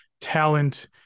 talent